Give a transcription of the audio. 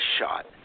shot